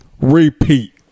Repeat